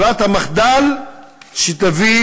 ברירת המחדל שתביא